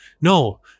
No